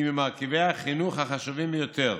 היא ממרכיבי החינוך החשובים ביותר,